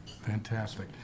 fantastic